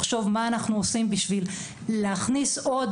לחשוב מה אנחנו עושים בשביל להכניס עוד